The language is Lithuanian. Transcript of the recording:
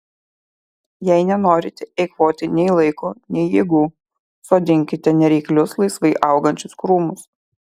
jei nenorite eikvoti nei laiko nei jėgų sodinkite nereiklius laisvai augančius krūmus